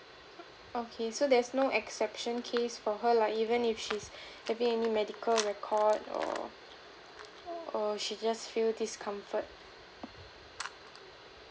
okay so there's no exception case for her lah even if she's having medical record or or she just feel discomfort